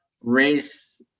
race